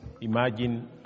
Imagine